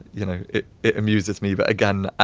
you know, it it amuses me, but again,